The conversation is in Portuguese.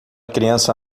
criança